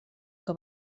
que